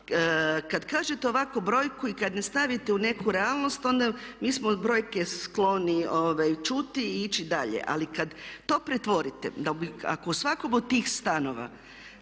Kada kažete ovako brojku i kada je stavite u neku realnost, onda mi smo brojke skloni čuti i ići dalje. Ali kada to pretvorite, ako u svakom od tih stanova